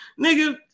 Nigga